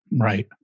Right